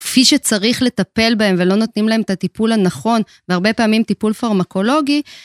כפי שצריך לטפל בהם, ולא נותנים להם את הטיפול הנכון, והרבה פעמים טיפול פרמקולוגי.